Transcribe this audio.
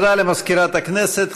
תודה למזכירת הכנסת.